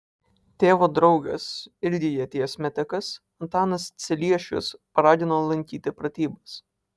tėvo draugas irgi ieties metikas antanas celiešius paragino lankyti pratybas